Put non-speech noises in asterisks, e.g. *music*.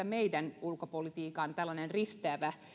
*unintelligible* meidän ulkopolitiikassa tällainen risteävä